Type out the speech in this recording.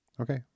Okay